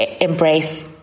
embrace